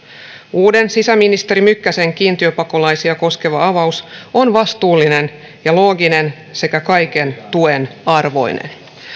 uuden sisäministeri mykkäsen kiintiöpakolaisia koskeva avaus on vastuullinen ja looginen sekä kaiken tuen arvoinen